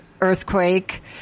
earthquake